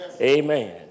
Amen